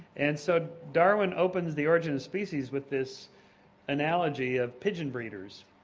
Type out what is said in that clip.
and so darwin opens the origin of species with this analogy of pigeon breeders,